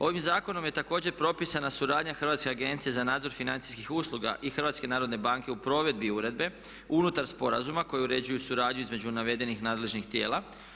Ovim zakonom je također propisana suradnja Hrvatske agencije za nadzor financijskih usluga i Hrvatske narodne banke u provedbi uredbe unutar sporazuma koji uređuju suradnju između navedenih nadležnih tijela.